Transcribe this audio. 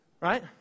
Right